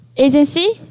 Agency